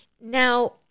Now